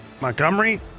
Montgomery